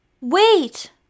Wait